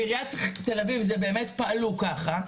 בעיריית תל אביב פעלו ככה,